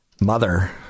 mother